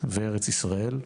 וארץ ישראל,